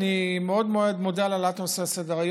אני מאוד מאוד מודה על העלאת הנושא לסדר-היום,